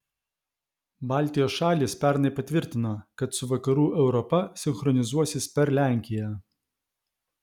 baltijos šalys pernai patvirtino kad su vakarų europa sinchronizuosis per lenkiją